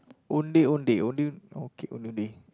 ondeh-ondeh okay ondeh-ondeh